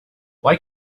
why